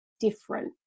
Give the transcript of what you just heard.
different